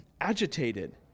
agitated